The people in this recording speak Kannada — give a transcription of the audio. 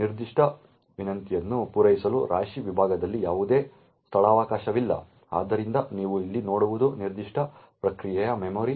ನಿರ್ದಿಷ್ಟ ವಿನಂತಿಯನ್ನು ಪೂರೈಸಲು ರಾಶಿ ವಿಭಾಗದಲ್ಲಿ ಯಾವುದೇ ಸ್ಥಳಾವಕಾಶವಿಲ್ಲ ಆದ್ದರಿಂದ ನೀವು ಇಲ್ಲಿ ನೋಡುವುದು ನಿರ್ದಿಷ್ಟ ಪ್ರಕ್ರಿಯೆಯ ಮೆಮೊರಿ